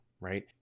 right